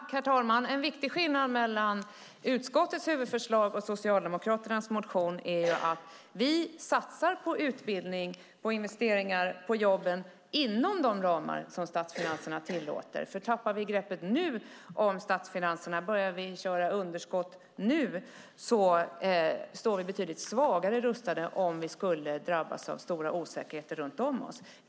Herr talman! En viktig skillnad mellan utskottets huvudförslag och Socialdemokraternas motion är att vi satsar på utbildning och på investeringar på jobben inom de ramar som statsfinanserna tillåter. Om vi nu tappar greppet om statsfinanserna och börjar få underskott står vi betydligt sämre rustade om det blir stor osäkerhet runt om oss.